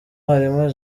harimo